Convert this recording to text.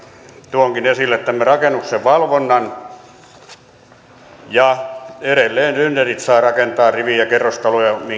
tuonkin esille tämän rakennuksen valvonnan edelleen grynderit saavat rakentaa rivi ja kerrostaloja